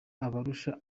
abarusha